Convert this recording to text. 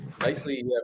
nicely